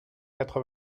quatre